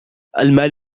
المال